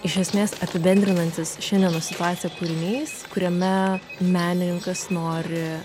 iš esmės apibendrinantis šiandienos situaciją kūrinys kuriame menininkas nori